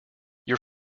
your